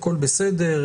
הכל בסדר.